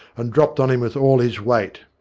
and dropped on him with all his weight.